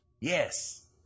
Yes